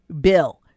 bill